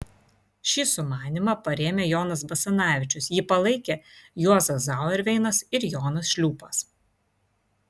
šį sumanymą parėmė jonas basanavičius jį palaikė juozas zauerveinas ir jonas šliūpas